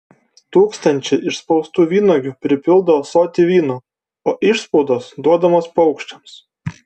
tūkstančiai išspaustų vynuogių pripildo ąsotį vyno o išspaudos duodamos paukščiams